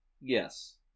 Yes